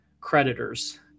creditors